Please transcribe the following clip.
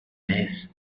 jeunesse